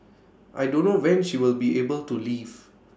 I don't know when she will be able to leave